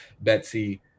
Betsy